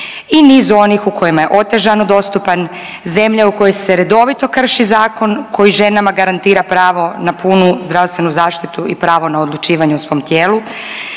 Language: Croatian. i niz onih u kojima je otežano dostupan, zemlja u kojoj se redovito krši zakon koji ženama garantira pravo na punu zdravstvenu zaštitu i pravo na odlučivanje o svom tijelu,